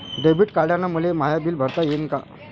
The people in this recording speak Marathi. डेबिट कार्डानं मले माय बिल भरता येईन का?